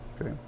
okay